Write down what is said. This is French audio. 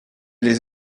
les